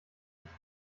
nicht